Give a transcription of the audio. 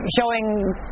showing